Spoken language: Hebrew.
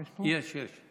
יש, יש.